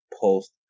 post